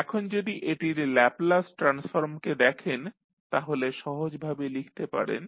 এখন যদি এটির ল্যাপলাস ট্রান্সফর্মকে দেখেন তাহলে সহজ ভাবে লিখতে পারেন